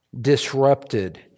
disrupted